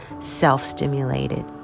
self-stimulated